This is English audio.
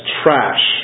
trash